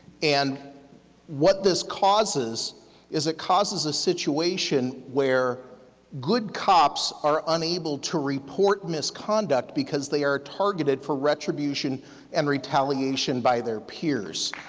and what this causes is it causes a situation where good cops are unable to report misconduct because they are targeted for retribution and retaliation by their peers.